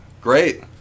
Great